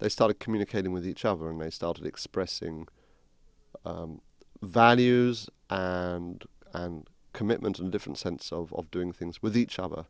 they started communicating with each other and they started expressing values and commitment and different sense of doing things with each other